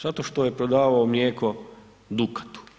Zato što je prodavao mlijeko Dukatu.